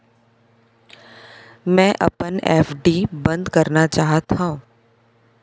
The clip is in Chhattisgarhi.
मै अपन एफ.डी बंद करना चाहात हव